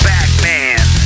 Batman